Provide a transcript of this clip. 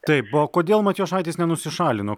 taip o kodėl matijošaitis nenusišalino